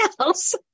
else